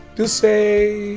to say,